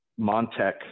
Montec